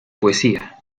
poesía